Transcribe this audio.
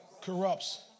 corrupts